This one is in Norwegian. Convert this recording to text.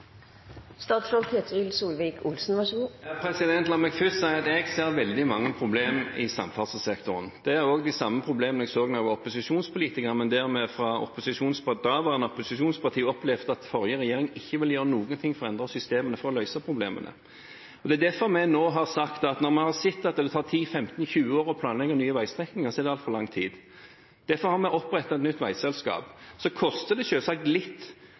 La meg først si at jeg ser veldig mange problemer i samferdselssektoren. Det er de samme problemene jeg så da jeg var opposisjonspolitiker, men der vi fra de daværende opposisjonspartier opplevde at forrige regjering ikke ville gjøre noe for å endre systemene, for å løse problemene. Det er derfor vi har sagt når vi har sett at det tar 10–15–20 år å planlegge nye veistrekninger, at det er altfor lang tid. Derfor har vi opprettet et nytt veiselskap. Så koster det selvsagt litt